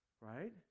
right